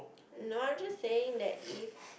no I'm just saying that if